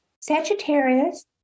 Sagittarius